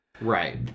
Right